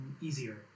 easier